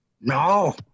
No